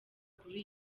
kuri